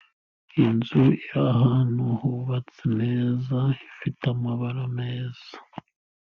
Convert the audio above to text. Inzu iri ahantu hubatse neza ifite amabara meza.